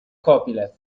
copyleft